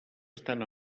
estan